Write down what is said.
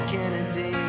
Kennedy